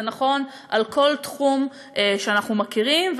זה נכון בכל תחום שאנחנו מכירים,